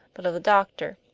but of the doctor.